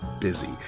busy